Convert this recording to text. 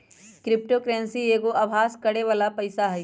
crypto currency एगो अभास करेके बला पइसा हइ